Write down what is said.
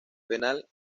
penal